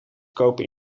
kopen